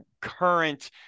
current